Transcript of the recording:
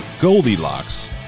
goldilocks